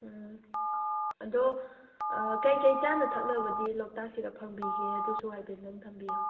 ꯎꯝ ꯑꯗꯣ ꯀꯩꯀꯩ ꯆꯥꯅ ꯊꯛꯅꯕꯗꯤ ꯂꯣꯛꯇꯥꯛꯁꯤꯗ ꯐꯪꯕꯤꯒꯦ ꯑꯗꯨꯁꯨ ꯍꯥꯏꯐꯦꯠꯇꯪ ꯊꯝꯕꯤꯌꯣ